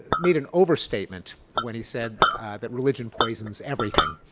made an overstatement when he said that religion poisons everything.